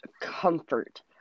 comfort